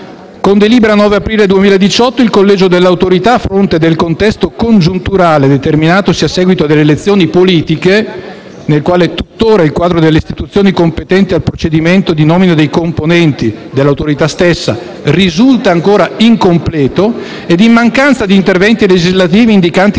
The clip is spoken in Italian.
Con delibera 9 aprile 2018 il collegio dell'Autorità, a fronte del contesto congiunturale determinatosi a seguito delle elezioni politiche, nel quale tutt'ora il quadro delle istituzioni competenti al procedimento di nomina dei componenti dell'Autorità stessa risulta ancora incompleto, e in mancanza di interventi legislativi indicanti la prosecuzione o la reintegrazione